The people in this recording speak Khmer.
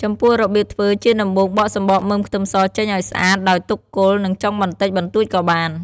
ចំពោះ របៀបធ្វើជាដំបូងបកសំបកមើមខ្ទឹមសចេញឱ្យស្អាត ដោយទុកគល់ និងចុងបន្តិចបន្តួចក៏បាន។